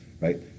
Right